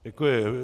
Děkuji.